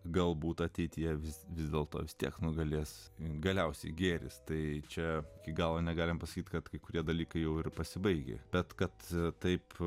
galbūt ateityje vis dėlto vis tiek nugalės galiausiai gėris tai čia iki galo negalime pasakyti kad kai kurie dalykai jau ir pasibaigę bet kad taip